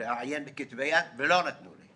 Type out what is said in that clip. לעיין בכתבי יד ולא נתנו לי.